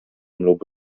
lub